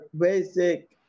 basic